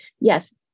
yes